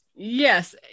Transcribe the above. Yes